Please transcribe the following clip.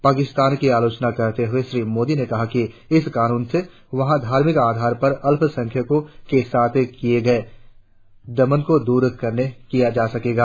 पाकिस्तान की आलोचना करते हुए श्री मोदी ने कहा कि इस कानून से वहां धार्मिक आधार पर अल्पसंख्यको के साथ किये गये दमन को दूर किया जा सकेगा